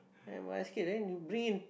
ya basket then you bring